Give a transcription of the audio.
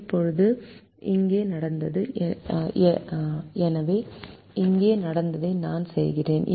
இப்போது அது இங்கே நடந்தது எனவே இங்கே நடந்ததை நாம் செய்கிறோம்